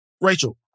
Rachel